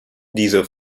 diese